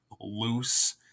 loose